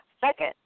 second